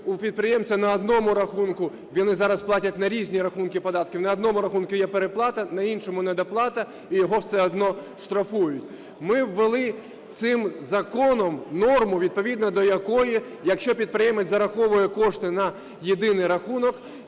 у підприємця на одному рахунку (вони зараз платять на різні рахунки податки) , на одному рахунку є переплата, на іншому – недоплата і його все одно штрафують. Ми ввели цим законом норму, відповідно до якої, якщо підприємець зараховує кошти на єдиний рахунок,